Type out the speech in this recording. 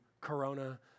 Corona